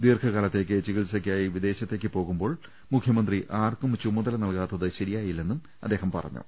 ദീർഘ കാലത്തേക്ക് ചികിത്സക്കായി വിദേശത്തേക്ക് പോകുമ്പോൾ മുഖ്യമന്ത്രി ആർക്കും ചുമതല നൽകാത്തത് ശരിയായില്ലെന്നും അദ്ദേഹം പറഞ്ഞു